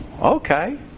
okay